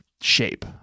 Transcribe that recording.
shape